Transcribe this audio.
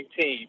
team